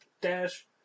Dash